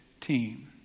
team